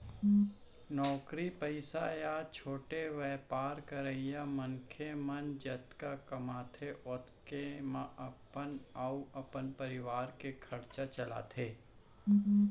नौकरी पइसा या छोटे बयपार करइया मनखे मन जतका कमाथें ओतके म अपन अउ अपन परवार के खरचा चलाथें